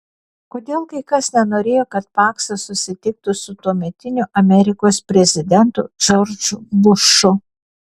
kodėl kai kas nenorėjo kad paksas susitiktų su tuometiniu amerikos prezidentu džordžu bušu